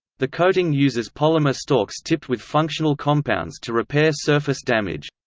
the coating uses polymer stalks tipped with functional compounds to repair surface damage.